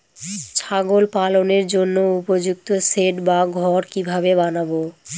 ছাগল পালনের জন্য উপযুক্ত সেড বা ঘর কিভাবে বানাবো?